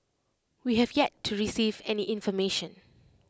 we have yet to receive any information